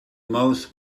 most